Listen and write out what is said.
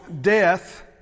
death